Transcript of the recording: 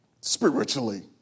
spiritually